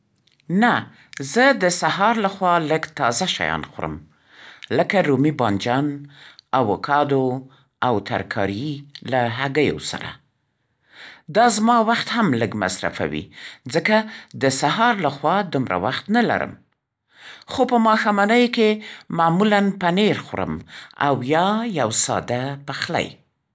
نه، زه د سهار لخوا لږ تازه شیان خورم. لکه رومي بانجان، اووکادو او ترکاري له هګیو سره. دا زما وخت هم لږ مصرفوي ځکه د سهار لخوا دومره وخت نه لرم. خو په ماښامنۍ کې معمولا پنیر خورم او یا یو ساده پخلی.